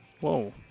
Whoa